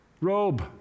robe